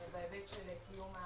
בהיבט של קיום הפיקוח.